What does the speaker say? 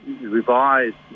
revised